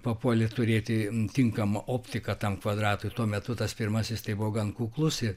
papuolė turėti tinkamą optiką tam kvadratui tuo metu tas pirmasis tai buvo gan kuklus ir